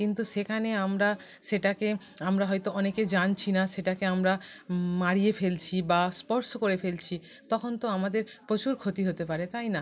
কিন্তু সেখানে আমরা সেটাকে আমরা হয়তো অনেকে জানছি না সেটাকে আমরা মারিয়ে ফেলছি বা স্পর্শ করে ফেলছি তখন তো আমাদের প্রচুর ক্ষতি হতে পারে তাই না